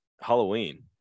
halloween